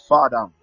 Father